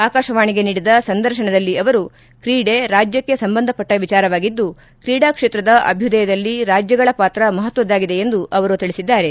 ಆಕಾಶವಾಣಿಗೆ ನೀಡಿದ ಸಂದರ್ಶನದಲ್ಲಿ ಅವರು ತ್ರೀಡೆ ರಾಜ್ಯಕ್ಷೆ ಸಂಬಂಧಪಟ್ಟ ವಿಚಾರವಾಗಿದ್ದು ತ್ರೀಡಾ ಕ್ಷೇತ್ರದ ಅಭ್ಯುದಯದಲ್ಲಿ ರಾಜ್ಯಗಳ ಪಾತ್ರ ಮಹತ್ವದಾಗಿದೆ ಎಂದು ಅವರು ತಿಳಿಸಿದ್ದಾರೆ